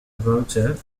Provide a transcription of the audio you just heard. brochure